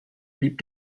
blieb